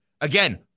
Again